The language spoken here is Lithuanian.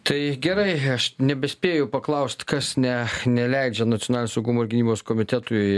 tai gerai aš nebespėju paklaust kas ne neleidžia nacionalinio saugumo ir gynybos komitetui